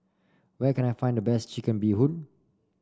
where can I find the best Chicken Bee Hoon